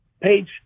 Page